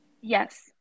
Yes